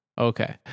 Okay